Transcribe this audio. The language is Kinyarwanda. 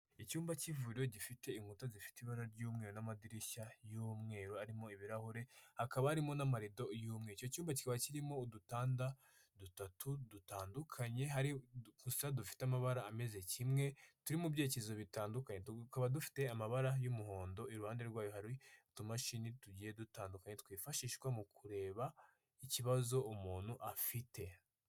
Icyumba cy'ivuriro gifite inkuta zifite ibara ry'umweru n'amadirishya y'umweru arimo ibirahurekaba arimo n'amarido yumye icyo cyumba kikaba kirimo udutanda dutatu dutandukanye hari gusa dufite amabara ameze kimwe turi mu byerekezo bitandukanye tukaba dufite amabara y'umuhondo iruhande rwayo hari utushini tugiye dutandukanye twifashishwa mu kureba ikibazo umuntu afite.